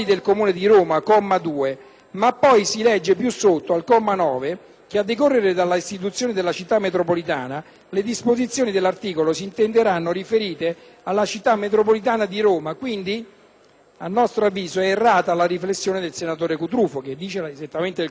però, si legge al comma 9 che, a decorrere della istituzione della Città metropolitana, le disposizioni dell'articolo si intenderanno riferite alla Città metropolitana di Roma. Quindi, a nostro avviso, è errata la riflessione del senatore Cutrufo, che è poi anche vice sindaco